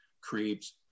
creates